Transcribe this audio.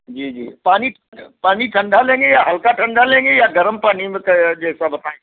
जी जी पानी पानी ठंडा लेंगे या हल्का ठंडा लेंगे या गर्म पानी जैसा बताएं